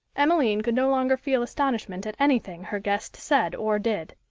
emmeline could no longer feel astonishment at anything her guest said or did.